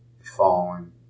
falling